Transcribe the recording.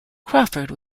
crawford